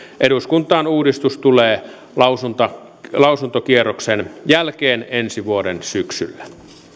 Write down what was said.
eduskuntaan uudistus tulee lausuntokierroksen jälkeen ensi vuoden syksyllä